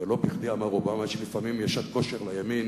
לא בכדי אמר אובמה שלפעמים יש שעת כושר לימין